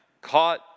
caught